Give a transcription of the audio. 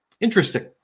Interesting